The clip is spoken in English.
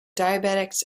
diabetics